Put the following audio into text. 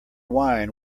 wine